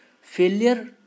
Failure